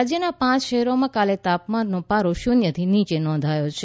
રાજ્યના પાંચ શહેરોમાં કાલે તાપમાનનો પારો શૂન્યથી નીચે નોંધાયો છે